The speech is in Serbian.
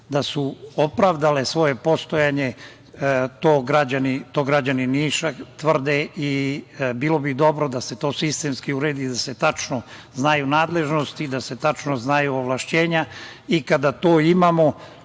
da su opravdale svoje postojanje. To tvrde građani Niša. Zato bi bilo dobro da se to sistemski uredi, da se tačno znaju nadležnosti, da se tačno znaju ovlašćenja i kada to imamo,